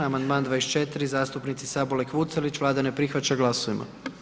Amandman 24, zastupnici Sabolek-Vucelić, Vlada ne prihvaća, glasujmo.